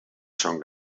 son